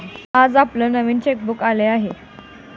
आज आपलं नवीन चेकबुक आलं आहे